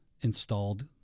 installed